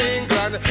England